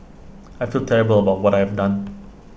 I feel terrible about what I have done